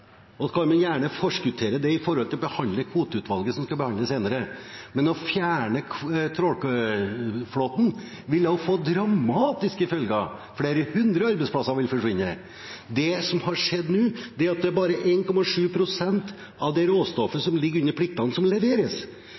i forhold til Kvoteutvalget, som skal behandles senere. Men å fjerne trålflåten ville ha fått dramatiske følger. Flere hundre arbeidsplasser ville forsvinne. Det som har skjedd nå, er at bare 1,7 pst. av det råstoffet som ligger under pliktene, leveres. Det er derfor vi må skape en lønnsomhet for å snu den trenden, som